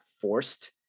forced